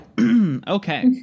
Okay